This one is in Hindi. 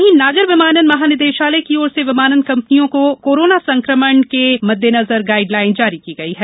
वहीं नागर विमानन महानिदेशालय की ओर से विमान कंपनियों को कोरोना वायरस के मद्देनजर गाइडलाइन जारी की गई है